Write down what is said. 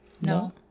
No